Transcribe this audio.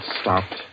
stopped